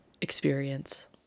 experience